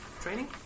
training